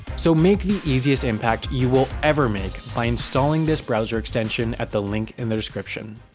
so make the easiest impact you will ever make by installing this browser extension at the link in the description.